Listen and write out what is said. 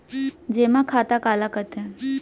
जेमा खाता काला कहिथे?